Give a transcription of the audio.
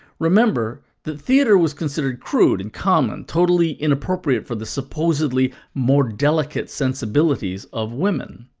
remember that theatre was considered crude and common, totally inappropriate for the supposedly more delicate sensibilities of women.